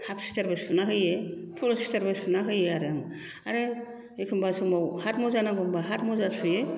half सुइथार बो सुना होयो फुल सुइथार बो सुना होयो आरो आङो आरो एखनब्ला समाव हाथ मुजा नांगौ होनब्ला हाथ मुजा सुयो